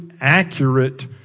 accurate